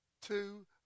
two